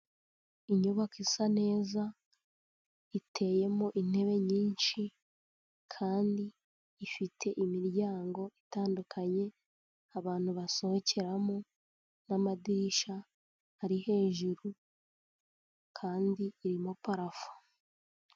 Inyubako isa neza, iteyemo intebe nyinshi kandi ifite imiryango itandukanye abantu basohokeramo n'amadirishya ari hejuru kandi irimo parafo.